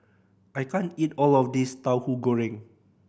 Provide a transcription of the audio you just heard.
I can't eat all of this Tauhu Goreng